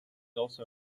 also